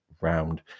round